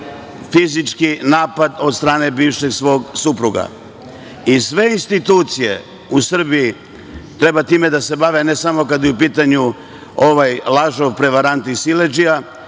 fizički napad od strane svog bivšeg supruga i sve institucije u Srbiji treba time da se bave, a ne samo kad je u pitanju ovaj lažov, prevarant i siledžija